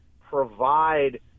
provide